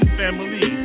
family